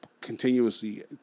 continuously